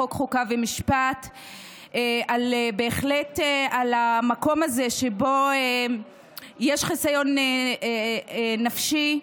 ומשפט, על המקום הזה שבו יש חיסיון נפשי.